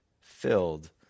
filled